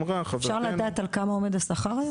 אפשר לדעת על כמה עומד השכר היום?